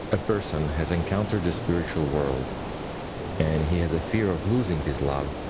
ah person has encountered the spiritual world and and he has a fear of losing this love,